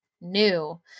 new